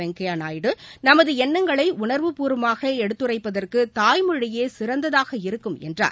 வெங்கையா நாயுடு நமது எண்ணங்களை உணர்வுப்பூர்வமாக எடுத்துரைப்பதற்கு தாய்மொழியே சிறந்ததாக இருக்கும் என்றார்